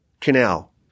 canal